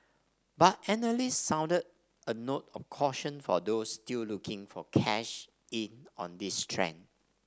but analysts sounded a note of caution for those still looking for cash in on this trend